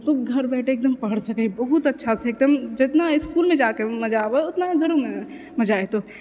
तू घर बैठे एकदम पढ़ सकै बहुत अच्छासँ एकदम जितना इसकुलमे जाकर मजा आबौ ओतना घरोमे मजा एतौ